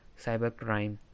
cybercrime